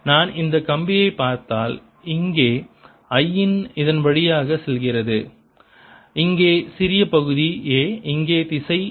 நான் இந்த கம்பியைப் பார்த்தால் இங்கே I இதன்வழி செல்கிறது இங்கே சிறிய பகுதி A இங்கே திசை d l